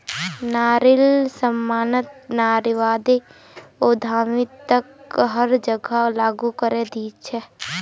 नारिर सम्मानत नारीवादी उद्यमिताक हर जगह लागू करे दिया छेक